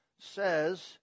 says